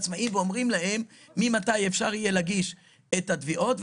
העצמאים ואומרים להם ממתי אפשר יהיה להגיש את התביעות.